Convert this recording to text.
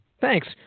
Thanks